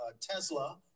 Tesla